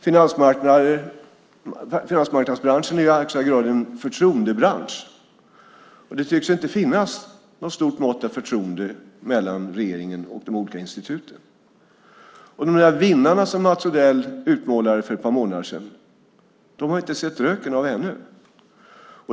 Finansmarknadsbranschen är i högsta grad en förtroendebransch, och det tycks inte finnas något stort mått av förtroende mellan regeringen och de olika instituten. De där vinnarna som Mats Odell utmålade för ett par månader sedan har vi ännu inte sett röken av.